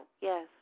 Yes